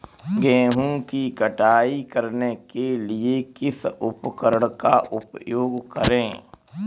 गेहूँ की कटाई करने के लिए किस उपकरण का उपयोग करें?